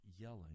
yelling